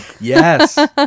yes